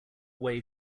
away